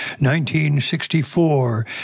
1964